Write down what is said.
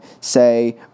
say